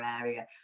area